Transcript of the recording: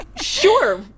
Sure